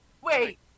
Wait